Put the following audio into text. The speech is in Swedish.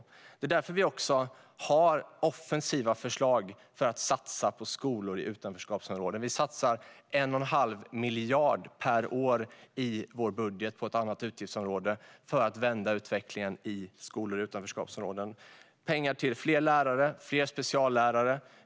Det är därför Kristdemokraterna lägger fram offensiva förslag för att satsa på skolor i utanförskapsområden. Vi satsar 1 1⁄2 miljard per år i vår budget på ett annat utgiftsområde för att vända utvecklingen i skolor i utanförskapsområden. Det är pengar till fler lärare och fler speciallärare.